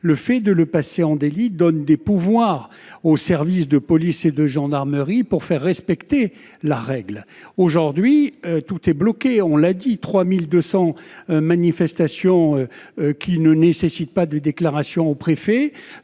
Le fait de le passer en délit donne des pouvoirs aux services de police et de gendarmerie pour faire respecter la règle. Aujourd'hui, tout est bloqué. Comme cela a été rappelé, 3 200 manifestations ne nécessitent pas de déclaration aux préfets,